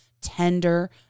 tender